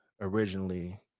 originally